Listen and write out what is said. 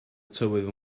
tywydd